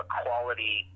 quality